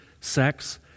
sex